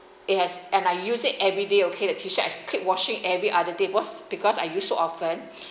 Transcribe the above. it has and I use it everyday okay the t shirt I keep washing every other day because because I use so often